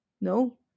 no